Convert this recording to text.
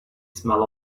smell